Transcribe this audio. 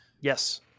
Yes